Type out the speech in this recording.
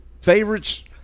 favorites